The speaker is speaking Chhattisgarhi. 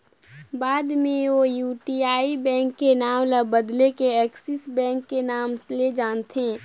बाद मे ओ यूटीआई बेंक के नांव ल बदेल के एक्सिस बेंक के नांव ले जानथें